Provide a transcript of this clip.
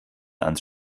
ans